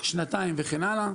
שנתיים וכן הלאה.